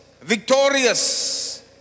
Victorious